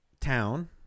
town